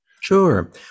Sure